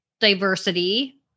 diversity